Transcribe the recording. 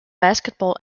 basketball